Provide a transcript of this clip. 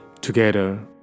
Together